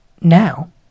now